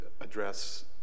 address